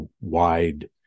wide